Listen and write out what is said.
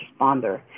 responder